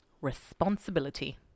Responsibility